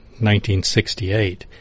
1968